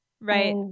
Right